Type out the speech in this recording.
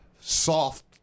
soft